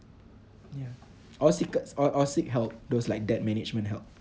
ya or or or seek help those like debt management help